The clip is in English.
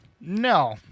No